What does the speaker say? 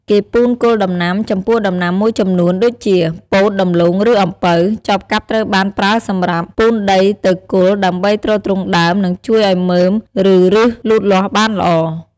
គេពូនគល់ដំណាំ ចំពោះដំណាំមួយចំនួនដូចជា ពោត ដំឡូង ឬអំពៅ ចបកាប់ត្រូវបានប្រើសម្រាប់ ពូនដីទៅគល់ ដើម្បីទ្រទ្រង់ដើម និងជួយឱ្យមើម ឬឫសលូតលាស់បានល្អ។